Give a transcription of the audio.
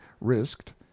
risked